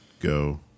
go